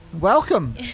Welcome